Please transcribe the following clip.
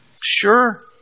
Sure